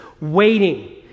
waiting